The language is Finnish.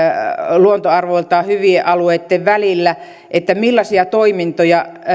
luontoarvoltaan hyvien alueitten välillä millaisia toimintoja